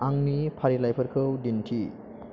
आंनि फारिलाइफोरखौ दिन्थि